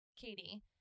Katie